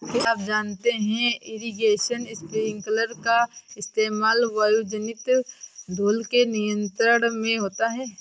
क्या आप जानते है इरीगेशन स्पिंकलर का इस्तेमाल वायुजनित धूल के नियंत्रण में होता है?